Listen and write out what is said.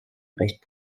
recht